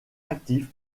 actif